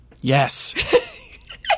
Yes